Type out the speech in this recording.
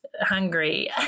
hungry